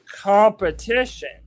competition